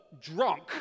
drunk